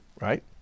right